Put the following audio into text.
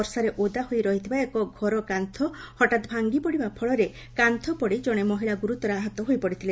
ବର୍ଷାରେ ଓଦା ହୋଇ ରହିଥିବା ଏକ ଘରକାନ୍ତ ହଠାତ୍ ଭାଙ୍ଗିପଡ଼ିବା ଫଳରେ ଜଶେ ମହିଳା ଗୁରୁତର ଆହତ ହୋଇପଡ଼ିଥିଲେ